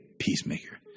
Peacemaker